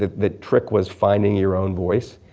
the trick was finding your own voice,